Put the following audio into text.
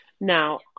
Now